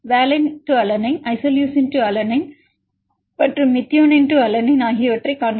வாலனைன் alanine isoleucine alanine மற்றும் methionine alanine ஆகியவற்றைக் காண்க